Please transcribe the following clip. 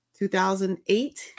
2008